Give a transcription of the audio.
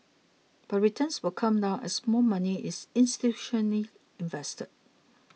but returns will come down as more money is institutionally invested